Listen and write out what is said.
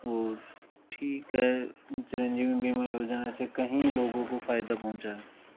और ठीक है चिरंजीवी बीमा योजना से कहीं लोगों को फ़ायदा पहुंचा है